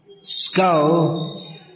skull